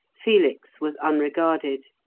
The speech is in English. felix was unregarded.